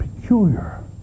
peculiar